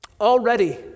Already